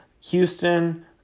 Houston